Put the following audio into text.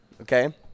okay